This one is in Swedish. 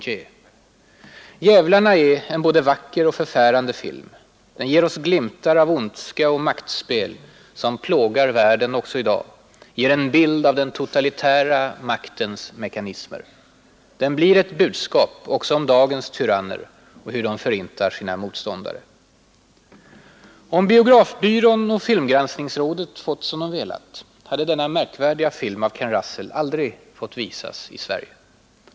”Djävlarna” är en både vacker och förfärande film. Den ger oss glimtar av ondska och maktspel som plågar världen också i dag och en bild av den totalitära maktens mekanismer. Den blir ett budskap också om dagens tyranner och hur de förintar sina motståndare. Om Biografbyrån och Filmgranskningsrådet fått som de velat hade denna märkvärdiga film av Ken Russel aldrig fått visas i Sverige.